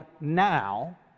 now